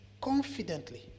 confidently